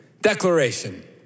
declaration